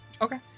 Okay